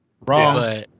wrong